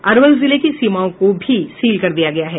अरवल जिले की सीमाओं को भी सील कर दिया गया है